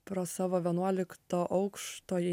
pro savo vienuolikto aukšto jei